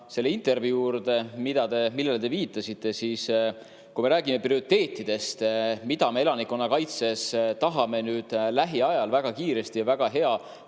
selle intervjuu juurde, millele te viitasite –, kui me räägime prioriteetidest, mida me elanikkonnakaitses tahame nüüd lähiajal väga kiiresti ja väga hea